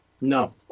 No